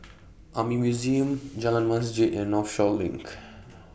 Army Museum Jalan Masjid and Northshore LINK